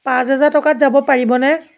পাঁচ হেজাৰ টকাত যাব পাৰিবনে